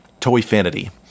Toyfinity